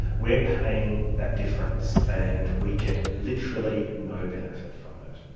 we're paying that difference, and we get literally no benefit from it.